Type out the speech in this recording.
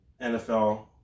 NFL